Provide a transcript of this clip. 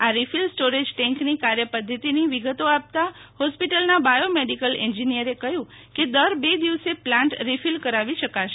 આ refill storage ટેન્કનો કાર્ય પધ્ધતિ વિગતો આપાતા હોસ્પિટલના બાયો મેડીકલ એન્જિનિય રે કહયું કે દર બે દિવસે પ્લાન્ટ રીફિલ કરાવી શકાશે